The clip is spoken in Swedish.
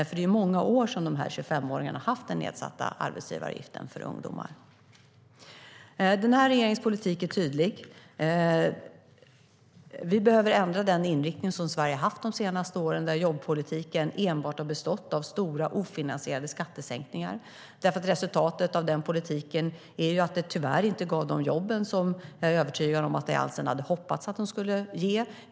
Den nedsatta arbetsgivaravgiften för 25-åringar har gällt i många år. Den här regeringens politik är tydlig. Vi behöver ändra den inriktning som Sverige har haft under de senaste åren där jobbpolitiken enbart har bestått att stora ofinansierade skattesänkningar. Resultatet av den politiken är att det tyvärr inte gav de jobb som jag är övertygad om att Alliansen hoppades att de skulle ge.